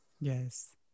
yes